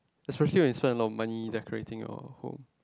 especially when you save a lot money decorating your home